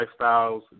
lifestyles